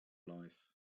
life